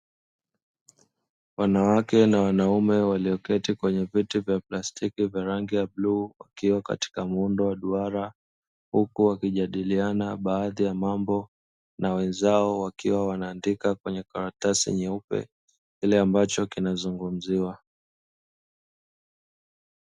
Wanawake na wanaume walioketi kwenye viti vya plastiki vya rangi ya bluu vikiwa katika muundo wa duara, huku wakijadiliana baadhi ya mambo na wenzao wakiwa wanaandika kwenye karatasi nyeupe kile ambacho kinazungumziwa.